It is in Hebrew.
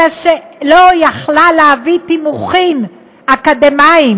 אלא שהיא לא הייתה יכולה להביא תימוכין אקדמיים